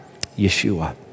Yeshua